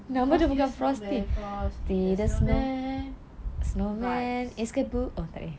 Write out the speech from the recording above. frosty the snowman frosty in a snowman vibes